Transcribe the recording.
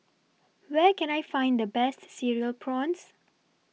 Where Can I Find The Best Cereal Prawns